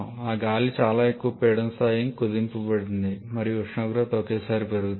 అక్కడ ఈ గాలి చాలా ఎక్కువ పీడన స్థాయికి కుదించబడుతుంది మరియు ఉష్ణోగ్రత ఒకేసారి పెరుగుతుంది